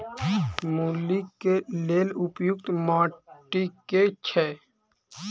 मूली केँ लेल उपयुक्त माटि केँ छैय?